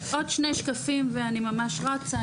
עוד שני שקפים ואני ממש רצה,